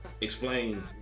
Explain